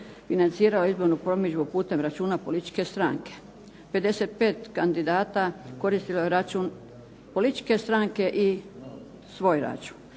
financiralo je izbornu promidžbu putem računa političke stranke, 55 kandidata koristilo je račun političke stranke i svoj račun,